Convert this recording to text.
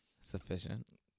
Sufficient